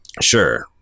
Sure